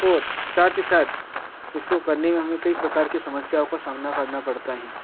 और साथ ही साथ इसको करने में हमें कई प्रकार की समस्याओं का सामना करना पड़ता है